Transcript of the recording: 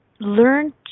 learn